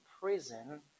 prison